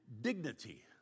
dignity